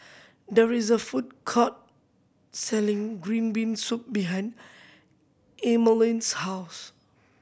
there is a food court selling green bean soup behind Emaline's house